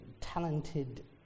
talented